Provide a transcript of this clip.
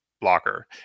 blocker